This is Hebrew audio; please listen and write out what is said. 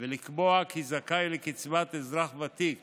ולקבוע כי זכאי לקצבת אזרח ותיק